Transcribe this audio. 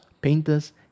painters